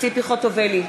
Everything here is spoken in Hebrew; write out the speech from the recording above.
ציפי חוטובלי,